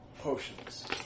potions